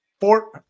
Fort